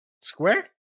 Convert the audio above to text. Square